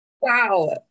Wow